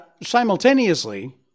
Simultaneously